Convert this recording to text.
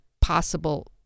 possible